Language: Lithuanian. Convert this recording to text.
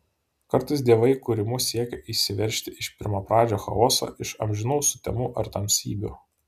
kartais dievai kūrimu siekia išsiveržti iš pirmapradžio chaoso iš amžinų sutemų ar tamsybių